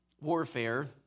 warfare